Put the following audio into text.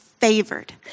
favored